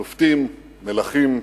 שופטים, מלכים,